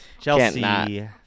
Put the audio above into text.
chelsea